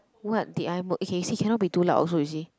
what did I mo~ okay you see cannot be too loud also you see